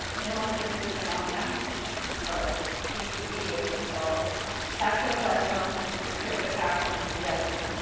pneumocystis pneumonia or pcp as it's called toxoplasmosis and cryptococcal meningitis.